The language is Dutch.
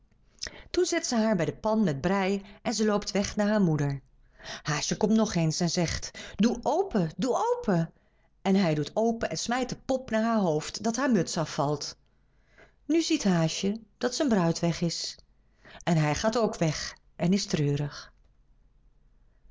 toen zet ze haar bij de pan met breî en ze loopt weg naar haar moeder haasje komt nog eens en zegt doe open doe open en hij doet open en smijt de pop naar haar hoofd dat haar muts afvalt nu ziet haasje dat zijn bruid weg is en hij gaat ook weg en is treurig